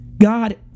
God